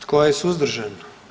Tko je suzdržan?